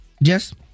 Yes